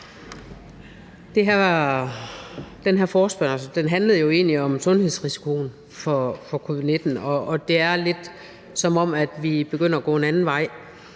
Den her forespørgsel handlede jo egentlig om sundhedsrisikoen ved covid-19, men det er lidt, som om vi begynder at gå en anden vej.